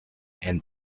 and